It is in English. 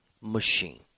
machine